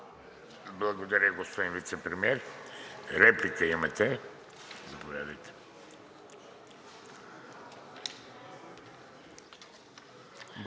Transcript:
Благодаря, господин Вицепремиер. Реплика имате. Заповядайте.